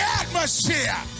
atmosphere